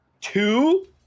Two